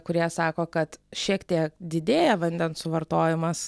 kurie sako kad šiek tiek didėja vandens suvartojimas